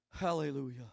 Hallelujah